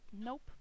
Nope